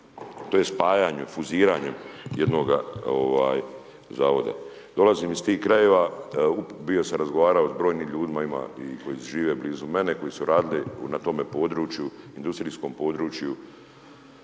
tj. spajanjem, fuziranjem jednoga Zavoda. Dolazim iz tih krajeva, bio sam razgovarao s brojnim ljudima, ima i koji žive blizu mene, koji su radili na tome području, industrijskom području